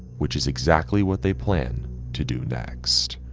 which is exactly what they plan to do next.